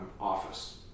Office